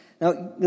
Now